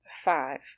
five